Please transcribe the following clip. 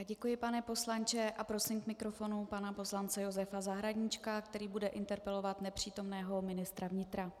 Děkuji, pane poslanče, a prosím k mikrofonu pana poslance Josefa Zahradníčka, který bude interpelovat nepřítomného ministra vnitra.